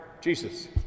Jesus